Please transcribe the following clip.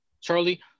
Charlie